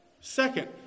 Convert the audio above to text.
Second